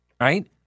right